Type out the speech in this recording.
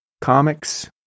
comics